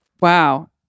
Wow